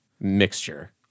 mixture